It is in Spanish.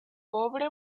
pobre